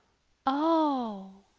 oh!